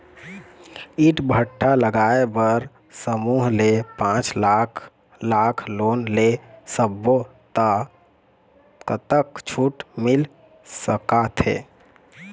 ईंट भट्ठा लगाए बर समूह ले पांच लाख लाख़ लोन ले सब्बो ता कतक छूट मिल सका थे?